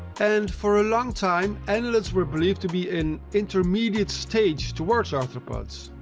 and for a long time, annelids were believed to be an intermediate stage towards arthropods.